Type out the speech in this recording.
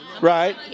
Right